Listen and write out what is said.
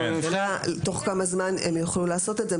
השאלה תוך כמה זמן הם יכולים לעשות את זה.